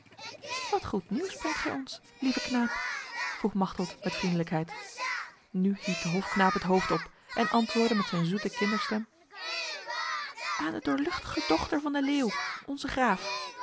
wat goed nieuws brengt gij ons lieve knaap vroeg machteld met vriendelijkheid nu hief de hofknaap het hoofd op en antwoordde met zijn zoete kinderstem aan de doorluchtige dochter van de leeuw onze graaf